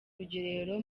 rugerero